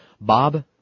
Bob